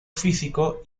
físico